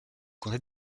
comté